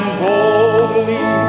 boldly